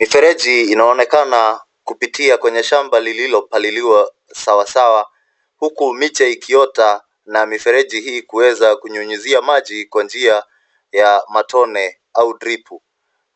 Mifereji inaonekana kupitia kwenye shamba lililopaliliwa sawasawa huku miche ikiota na mifereji hii kuweza kunyunyuzia maji kwa njia ya matone au dripu .